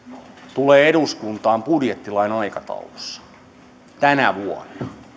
tulee eduskuntaan budjettilain aikataulussa tänä vuonna